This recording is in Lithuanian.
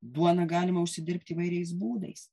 duoną galima užsidirbti įvairiais būdais